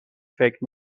فکر